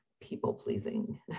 people-pleasing